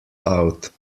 out